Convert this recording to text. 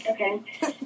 Okay